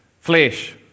Flesh